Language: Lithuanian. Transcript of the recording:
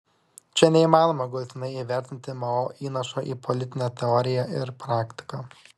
čia neįmanoma galutinai įvertinti mao įnašo į politinę teoriją ir praktiką